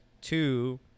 Two